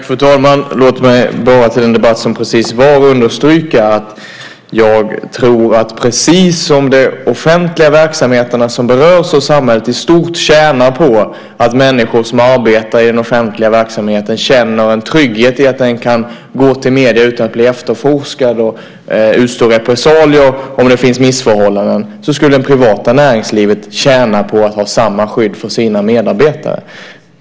Fru talman! Låt mig till den debatt som precis var understryka att jag tror att de offentliga verksamheterna som berörs och samhället i stort tjänar på att människor som arbetar i den offentliga verksamheten känner en trygghet i att de kan gå till medierna utan att bli efterforskade och utstå repressalier om det finns missförhållanden. På samma sätt skulle det privata näringslivet tjäna på att ha samma skydd för sina medarbetare.